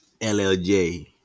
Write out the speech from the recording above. LLJ